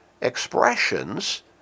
expressions